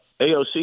AOC